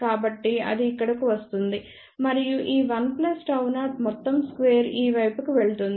కాబట్టి అది ఇక్కడకు వస్తుంది మరియు ఈ వన్ ప్లస్ Γ0 మొత్తం స్క్వేర్ ఈ వైపుకు వెళుతుంది